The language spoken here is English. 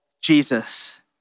Jesus